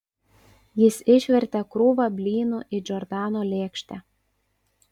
jis išvertė krūvą blynų į džordano lėkštę